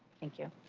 thank you.